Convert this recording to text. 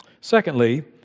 Secondly